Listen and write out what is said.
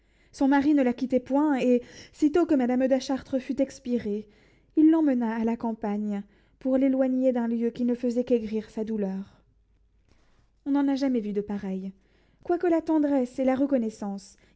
son mari ne la quittait point et sitôt que madame de chartres fut expirée il l'emmena à la campagne pour l'éloigner d'un lieu qui ne faisait qu'aigrir sa douleur on n'en a jamais vu de pareille quoique la tendresse et la reconnaissance